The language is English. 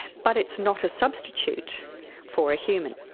but it's not a substitute for a human.